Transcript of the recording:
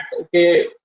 okay